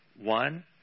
One